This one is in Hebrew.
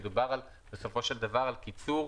מדובר בסופו של דבר על קיצור